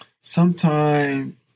sometime